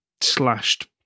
slashed